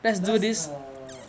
let's uh